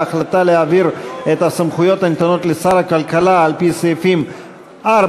על החלטתה להעביר את הסמכויות הנתונות לשר הכלכלה על-פי סעיפים 4,